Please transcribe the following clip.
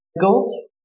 goals